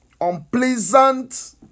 unpleasant